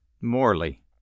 Morley